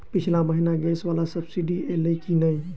पिछला महीना गैस वला सब्सिडी ऐलई की नहि?